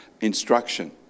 instruction